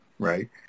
right